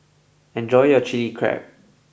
enjoy your Chilli Crab